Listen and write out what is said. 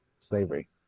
slavery